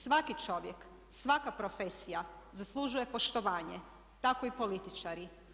Svaki čovjek, svaka profesija zaslužuje poštovanje tako i političari.